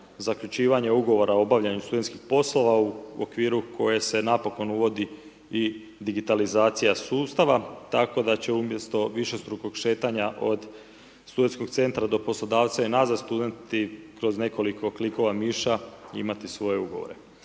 zaključivanje ugovora o obavljanju studentskih poslova u okviru koje se napokon uvodi i digitalizacija sustava. Tako da će umjesto višestrukog šetanja od studentskog centra do poslodavca i nazad, studenti kroz nekoliko klikova miša imati svoje ugovore.